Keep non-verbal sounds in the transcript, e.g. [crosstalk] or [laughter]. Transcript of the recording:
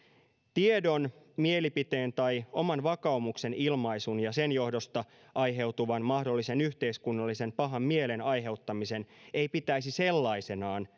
tiedon mielipiteen tai oman vakaumuksen ilmaisun ja sen johdosta aiheutuvan mahdollisen yhteiskunnallisen pahan mielen aiheuttamisen ei pitäisi sellaisenaan [unintelligible]